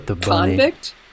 convict